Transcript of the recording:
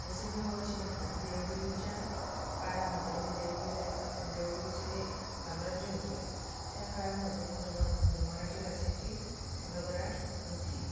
जसं मी मगाशी म्हटलं की देवगिरीच्या काळामध्ये म्हणजे देवगिरी राज्या देवगिरीचं जे साम्राज्य होतं त्या काळामध्ये मरम मराठी भाषेची भरभराट होती